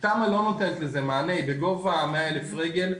תמ"א לא נותנת לזה מענה בגובה 100 אלף רגל.